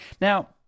Now